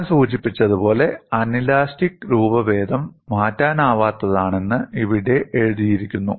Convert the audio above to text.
ഞാൻ സൂചിപ്പിച്ചതുപോലെ അനലാസ്റ്റിക് രൂപഭേദം മാറ്റാനാവാത്തതാണെന്ന് ഇവിടെ എഴുതിയിരിക്കുന്നു